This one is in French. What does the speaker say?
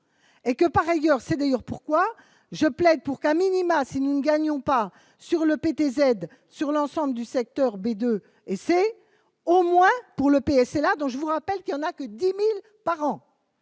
et que par ailleurs, c'est d'ailleurs pourquoi je plaide pour qu'à minima, si nous ne gagnons pas sur le PTZ sur l'ensemble du secteur B 2 et c'est au moins pour le PS, et là, donc je vous rappelle qu'il y en a que 10000 par an.